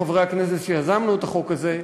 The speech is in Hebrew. חברי הכנסת שיזמנו את החוק הזה,